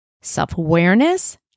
self-awareness